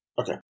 Okay